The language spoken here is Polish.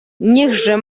niechże